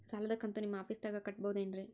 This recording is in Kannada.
ಸಾಲದ ಕಂತು ನಿಮ್ಮ ಆಫೇಸ್ದಾಗ ಕಟ್ಟಬಹುದೇನ್ರಿ?